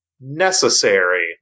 necessary